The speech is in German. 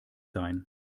sein